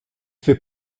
fait